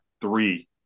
three